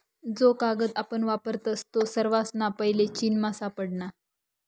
जो कागद आपण वापरतस तो सर्वासना पैले चीनमा सापडना